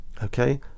okay